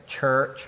church